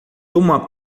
uma